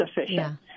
sufficient